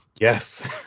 Yes